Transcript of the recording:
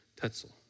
Tetzel